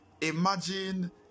imagine